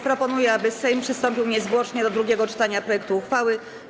Proponuję, aby Sejm przystąpił niezwłocznie do drugiego czytania projektu uchwały.